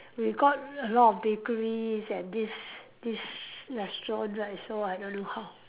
we got a lot of bakeries and these these restaurant right so I don't know how